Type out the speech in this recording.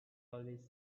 always